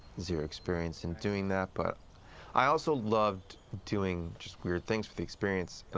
zero experience in doing that, but i also loved doing just weird things for the experience. and